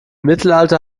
mittelalter